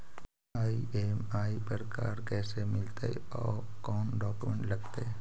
EMI पर car कैसे मिलतै औ कोन डाउकमेंट लगतै?